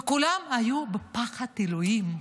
וכולם היו בפחד אלוהים,